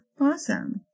Awesome